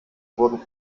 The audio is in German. wurden